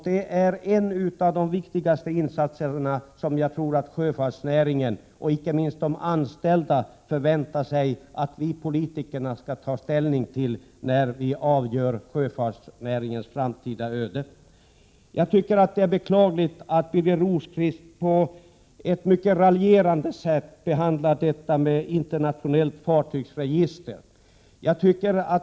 Det är en av de viktigaste insatser som sjöfartsnäringen och inte minst de anställda, tror jag, väntar sig att vi politiker skall göra, när vi avgör sjöfartsnäringens framtida öde. Det är beklagligt att Birger Rosqvist på ett mycket raljerande sätt talade om förslaget om ett internationellt fartygsregister.